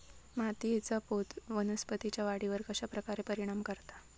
मातीएचा पोत वनस्पतींएच्या वाढीवर कश्या प्रकारे परिणाम करता?